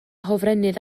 hofrennydd